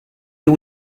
two